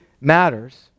matters